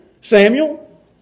Samuel